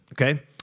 Okay